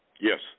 Yes